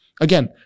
again